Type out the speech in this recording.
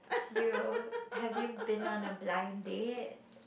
you have you been on a blind date